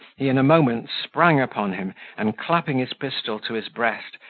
he in a moment sprang upon him, and, clapping his pistol to his breast,